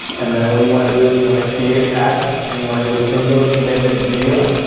and then what you want to do is you want to create ad and you want to go to single image and video,